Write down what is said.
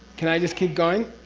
can i just keep going?